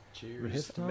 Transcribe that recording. Cheers